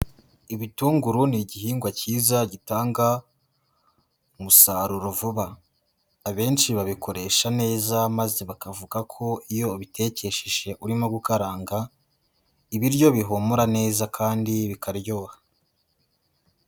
Ibitunguru ni igihingwa cyiza gitanga umusaruro vuba. Abenshi babikoresha neza maze bakavuga ko iyo ubitekeshe urimo gukaranga, ibiryo bihumura neza kandi bikaryoha.